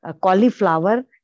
cauliflower